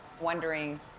wondering